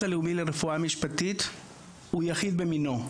הלאומי לרפואה משפטית הוא יחיד במינו,